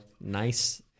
nice